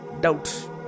doubt